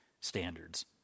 standards